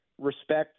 respect